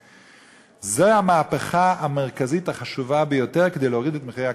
זו המהפכה המרכזית החשובה ביותר כדי להוריד את מחיר הקרקעות.